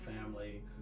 family